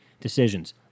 decisions